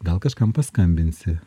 gal kažkam paskambinsi